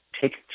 take